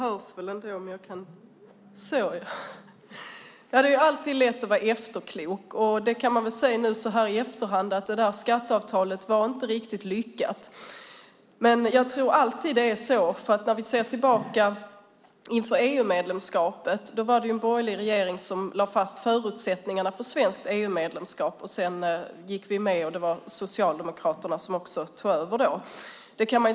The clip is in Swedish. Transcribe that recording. Fru talman! Det är alltid lätt att vara efterklok. Nu så här i efterhand kan man ju säga att skatteavtalet inte var riktigt lyckat. Men så är det väl alltid. Vi kan se tillbaka på hur det var inför EU-medlemskapet. Då var det en borgerlig regering som lade fast förutsättningarna för svenskt EU-medlemskap. Sedan gick vi med, och det var Socialdemokraterna som tog över.